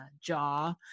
jaw